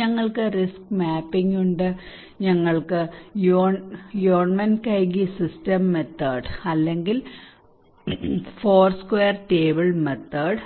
ഞങ്ങൾക്ക് risk mapping ഉണ്ട് ഞങ്ങൾക്ക് യോൺമെൻകൈഗി സിസ്റ്റം മെത്തേഡ് അല്ലെങ്കിൽ ഫോർസ്ക്വയർ ടേബിൾ മെത്തേഡ്